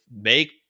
make